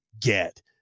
get